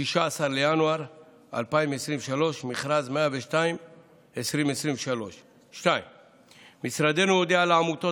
16 בינואר 2023. מכרז 102/2023. 2. משרדנו הודיע לעמותות